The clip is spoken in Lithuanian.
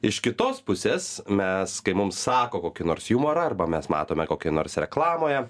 iš kitos pusės mes kai mums sako kokį nors jumorą arba mes matome kokioj nors reklamoje